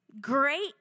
Great